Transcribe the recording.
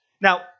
Now